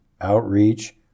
outreach